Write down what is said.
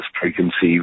preconceived